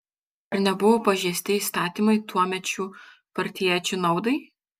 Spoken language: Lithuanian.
ar nebuvo pažeisti įstatymai tuomečių partiečių naudai